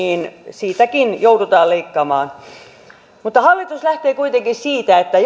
siitäkin joudutaan leikkaamaan hallitus lähtee kuitenkin siitä että